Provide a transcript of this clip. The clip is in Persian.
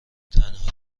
تنهایی